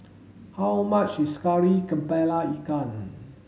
how much is Kari Kepala Ikan